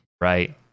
right